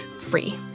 free